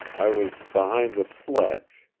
i was behind the sledge.